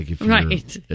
Right